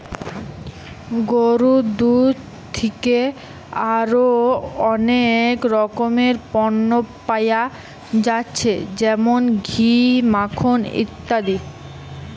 গরুর দুধ থিকে আরো অনেক রকমের পণ্য পায়া যাচ্ছে যেমন ঘি, মাখন ইত্যাদি